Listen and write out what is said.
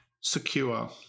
secure